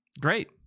Great